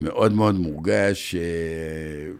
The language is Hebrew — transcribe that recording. מאוד מאוד מורגש הא...